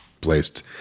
placed